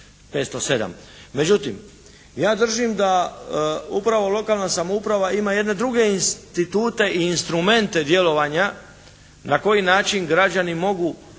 507. Međutim ja držim da upravo lokalna samouprava ima jedne druge institute i instrumente djelovanja na koji način građani mogu